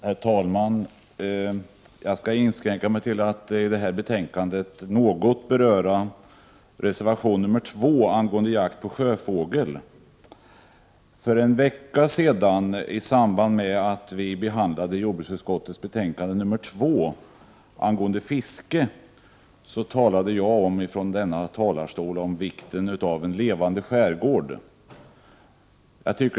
Herr talman! Jag skall inskränka mig till att något beröra reservation 2 angående jakt på sjöfågel. För en vecka sedan —-isamband med behandlingen av JoU 2 angående fiske — talade jag om vikten av en levande skärgård.